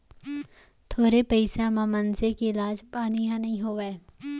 थोरे पइसा म मनसे के इलाज पानी ह नइ होवय